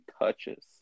touches